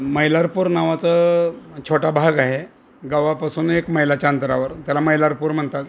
मैलारपूर नावाचं छोटा भाग आहे गावापासून एक मैलाच्या अंतरावर त्याला मैलारपूर म्हणतात